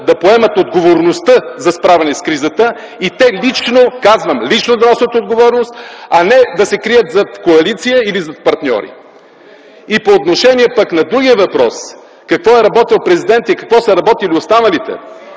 да поемат отговорността за справяне с кризата, и те лично да носят отговорност, а не да се крият зад коалиция или зад партньори. По отношение пък на другия въпрос: какво е работил президентът и какво са работили останалите?